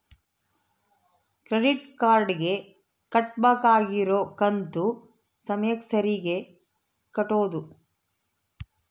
credit card ಗೆ ಕಟ್ಬಕಾಗಿರೋ ಕಂತು ಸಮಯಕ್ಕ ಸರೀಗೆ ಕಟೋದು